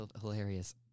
hilarious